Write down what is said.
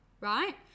right